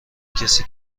کسی